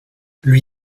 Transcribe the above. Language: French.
lui